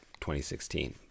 2016